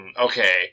Okay